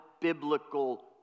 biblical